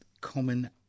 common